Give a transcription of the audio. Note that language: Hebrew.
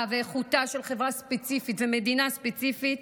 ואיכותה של חברה ספציפית ומדינה ספציפית,